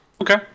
Okay